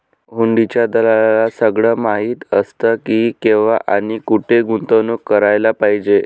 हुंडीच्या दलालाला सगळं माहीत असतं की, केव्हा आणि कुठे गुंतवणूक करायला पाहिजे